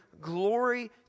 glory